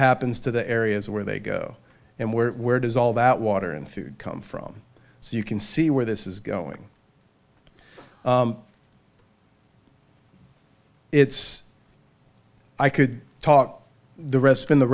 happens to the areas where they go and where where does all that water and food come from so you can see where this is going it's i could talk the rest in the